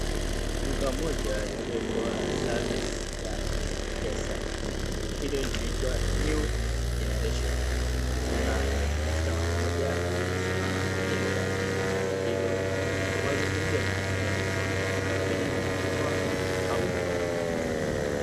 Duka moja linalotoa service ya M-Pesa, duka hilo linaitwa New Generation. Customer mmoja amesimama mbele ya duka hilo kwa mazungumzo na anayeuza kama vile kununua ama yuko kwa mazungumzo mengine.